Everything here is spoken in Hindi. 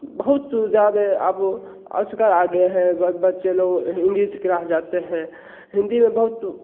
बहुत ज़्यादे अब आ गए हैं बच्चे लोग ह इंग्रीस की क्लास जाते हैं हिंदी में बहुत